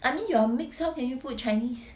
I mean you are mix how can you put chinese